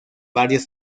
varios